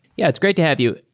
yeah, it's great to have you.